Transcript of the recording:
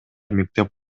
мектеп